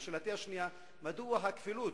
ושאלתי השנייה: מדוע הכפילות?